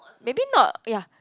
maybe not ya